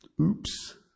Oops